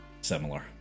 similar